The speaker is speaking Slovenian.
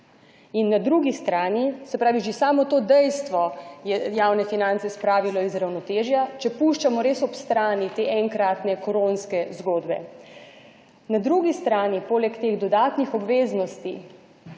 in na drugi strani, se pravi, že samo to dejstvo je javne finance spravilo iz ravnotežja, če puščamo res ob strani te enkratne koronske zgodbe. Na drugi strani poleg teh dodatnih obveznosti,